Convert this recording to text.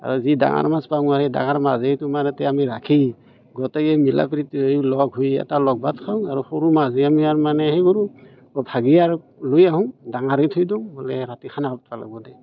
আৰু যি ডাঙৰ মাছ পাওঁ মানে এই ডাঙৰ মাছ তোমাৰ তাতে ৰাখি গোটেই মিলা প্ৰীতিৰে লগ হৈ এটা লগ ভাত খাওঁ আৰু সৰু মাছ আমি আৰু মানে সেই কৰোঁ ভগাই আৰু লৈ আহোঁ ডাঙৰ হ'লে থৈ দিওঁ বোলে ৰাতি খাব লাগিব